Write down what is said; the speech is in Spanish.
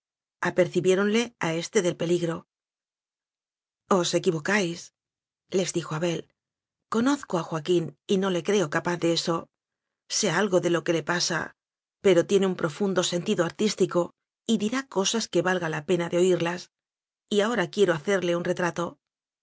de abel apercibiéronle a éste del peligro os equivocáisles dijo abel conozco a joaquín y no le creo capaz de eso sé algo de lo que le pasa pero tiene un profundo sen tido artístico y dirá cosas que valga la pena de oirlas y ahora quiero hacerle un retrato